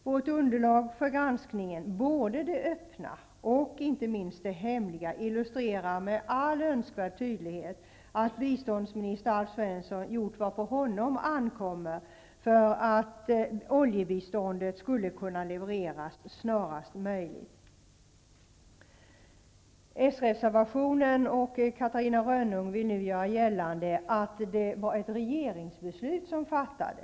Vårt underlag för granskningen, både det öppna och inte minst det hemliga, illustrerar med all önskvärd tydlighet att biståndsminister Alf Svensson gjort på vad honom ankommer för att oljebiståndet skulle kunna levereras snarast möjligt. S-reservanterna, liksom nu Catarina Rönnung, vill göra gällande att det var ett regeringsbeslut som fattades.